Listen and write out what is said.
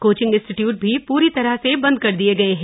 coaching institute भी पूरी तरह से बंद कर दिए गए हैं